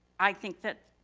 i think that